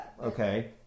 Okay